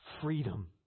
freedom